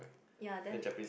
ya then